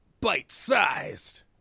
bite-sized